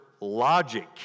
logic